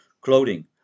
clothing